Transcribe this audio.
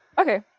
Okay